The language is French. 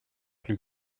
plus